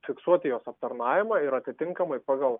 fiksuoti jos aptarnavimą ir atitinkamai pagal